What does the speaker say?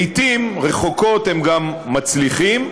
לעיתים רחוקות הם גם מצליחים,